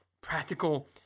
practical